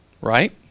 right